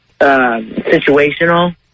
situational